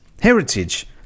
Heritage